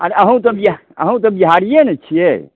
अरे अहूँ तऽ बिह अहूँ तऽ बिहारिए ने छियै